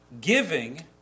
Giving